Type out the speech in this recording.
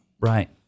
Right